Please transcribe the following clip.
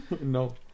No